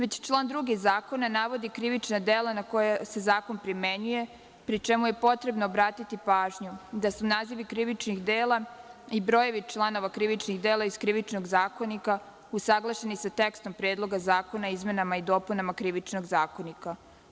Član 2. zakona navodi krivična dela na koja se zakon primenjuje, pri čemu je potrebno obratiti pažnju da su nazivi krivičnih dela i brojevi članova krivičnih dela iz Krivičnog zakonika usaglašeni sa tekstom Predlog zakona o izmenama i dopunama Krivičnog zakonika.